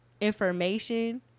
information